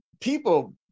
people